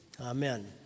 Amen